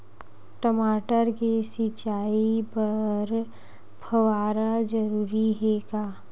टमाटर के सिंचाई बर फव्वारा जरूरी हे का?